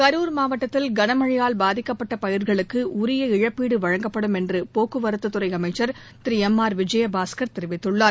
கரூர் மாவட்டத்தில் கனமழையால் பாதிக்கப்பட்ட பயிர்களுக்கு உரிய இழப்பீடு வழங்கப்படும் என்று போக்குவரத்துத் துறை அமைச்சர் திரு எம் ஆர் விஜயபாஸ்கர் தெரிவித்துள்ளார்